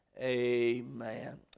Amen